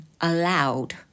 allowed